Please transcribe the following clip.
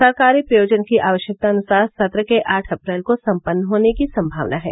सरकारी प्रयोजन की आवश्यकतानुसार सत्र के आठ अप्रैल को सम्पन्न होने की संभावना है